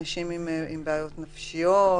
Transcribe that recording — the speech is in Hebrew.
אנשים עם בעיות נפשיות,